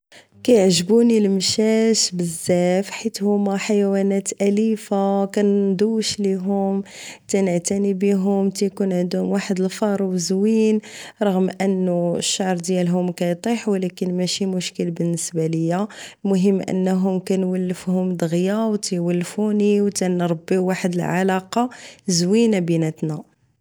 تيعجبوني المشاش بزاف حيت هما حيوانات اليفة كندوش ليهم تنعتني فيهم كيكون عندهم واحد الفرو زوين رغم انه الشعر ديالهمكيطيح ماشي مشكل بالنسبة ليا المهم انهم كنولفهم دغيا كيولفوني و كنربيو واحد العلاقة زوينة بيناتنا